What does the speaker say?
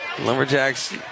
Lumberjacks